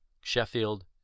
Sheffield